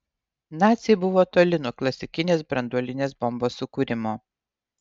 naciai buvo toli nuo klasikinės branduolinės bombos sukūrimo